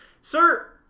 Sir